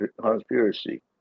conspiracy